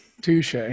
Touche